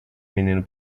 menino